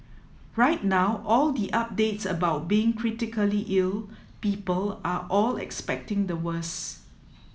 right now all the updates about being critically ill people are all expecting the worse